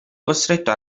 costretto